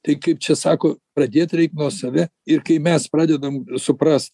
tai kaip čia sako pradėt reik nuo save ir kai mes pradedam supras